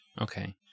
Okay